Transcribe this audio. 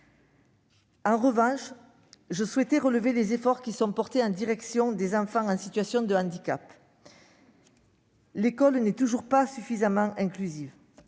En revanche, je souhaite souligner les efforts qui sont portés en faveur des enfants en situation de handicap. L'école n'est toujours pas suffisamment inclusive.